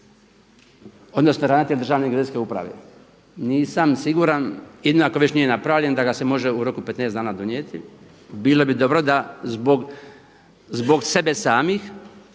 odnosno ravnatelj Državne geodetske uprave. Nisam siguran, jedino ako već nije napravljen da ga se može u roku 15 dana donijeti. Bilo bi dobro da zbog sebe samih